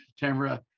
tamra